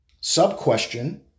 sub-question